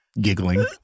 giggling